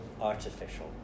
artificial